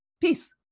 Peace